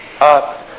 up